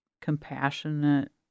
compassionate